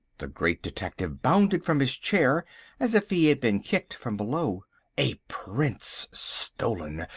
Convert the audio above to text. the great detective bounded from his chair as if he had been kicked from below. a prince stolen!